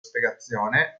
spiegazione